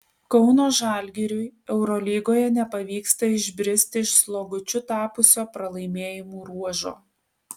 kauno žalgiriui eurolygoje nepavyksta išbristi iš slogučiu tapusio pralaimėjimų ruožo